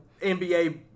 NBA